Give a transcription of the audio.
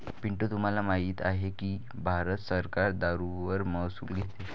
पिंटू तुम्हाला माहित आहे की भारत सरकार दारूवर महसूल घेते